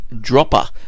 dropper